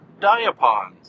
Diapons